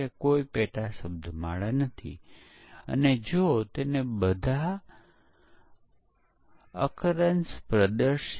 તેથી bugs seed કરી અને તેમાંથી કેટલા પાસ થઈ રહ્યા છે તે સૂચવે છે કે સોફ્ટવેરનું કેટલી હદે પરીક્ષણ કરવામાં આવી રહ્યું છે